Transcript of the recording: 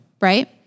right